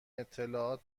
اطلاعات